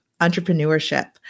entrepreneurship